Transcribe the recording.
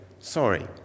Sorry